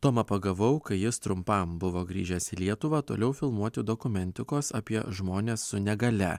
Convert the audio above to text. tomą pagavau kai jis trumpam buvo grįžęs į lietuvą toliau filmuoti dokumentikos apie žmones su negalia